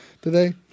today